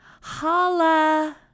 holla